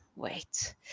Wait